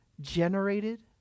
generated